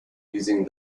using